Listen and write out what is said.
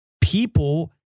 people